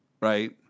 right